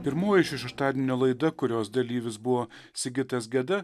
pirmoji šio šeštadienio laida kurios dalyvis buvo sigitas geda